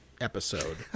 episode